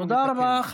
תודה רבה.